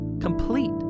Complete